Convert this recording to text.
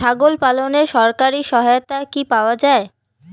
ছাগল পালনে সরকারি সহায়তা কি পাওয়া যায়?